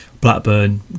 Blackburn